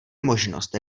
možnost